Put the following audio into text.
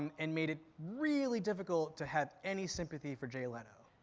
um and made it really difficult to have any sympathy for jay leno.